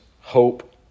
hope